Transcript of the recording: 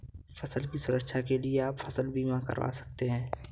फसल की सुरक्षा के लिए आप फसल बीमा करवा सकते है